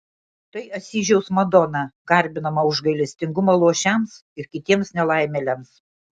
tai asyžiaus madona garbinama už gailestingumą luošiams ir kitiems nelaimėliams